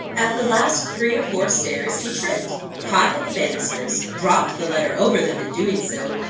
at the last three or four stairs, he tripped, caught at the bannisters, dropped the letter over them in doing so,